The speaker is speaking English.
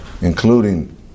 including